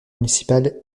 municipal